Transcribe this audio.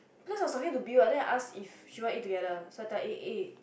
because I was talking to B right then I ask if she want to eat together so I tell A eh